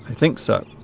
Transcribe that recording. think so